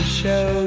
show